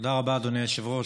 תודה רבה, אדוני היושב-ראש.